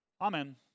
Amen